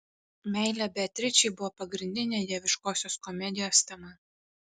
meilė beatričei buvo pagrindinė dieviškosios komedijos tema